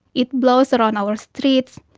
it blows around our streets,